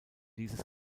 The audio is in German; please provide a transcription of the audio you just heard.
dieses